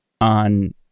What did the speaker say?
on